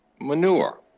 Manure